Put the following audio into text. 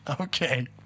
Okay